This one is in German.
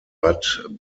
bad